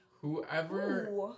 Whoever